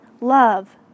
love